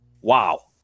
Wow